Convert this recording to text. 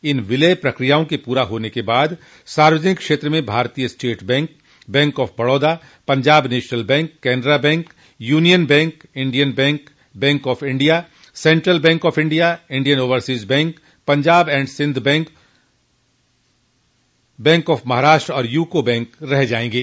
इन विलय प्रक्रियाओं के पूरा होने के बाद सार्वजनिक क्षेत्र में भारतीय state bank bank of Baroda Punjab national bank Canara bank union bank Indian bank bank of India central bank of India Indian overseas bank Punjab and Sindh bank bank of Maharashtra और यूको बैंक रह जायेंगे